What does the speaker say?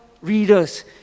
readers